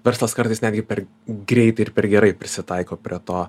verslas kartais netgi per greitai ir per gerai prisitaiko prie to